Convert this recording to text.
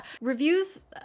Reviews